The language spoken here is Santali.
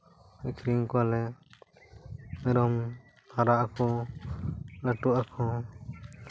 ᱟᱹᱠᱷᱨᱤᱧ ᱠᱚᱣᱟᱞᱮ ᱢᱮᱨᱚᱢ ᱦᱟᱨᱟᱜ ᱟᱠᱚ ᱞᱟᱹᱴᱩᱜ ᱟᱠᱚ